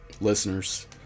listeners